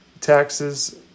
Taxes